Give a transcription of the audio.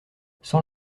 sans